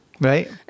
Right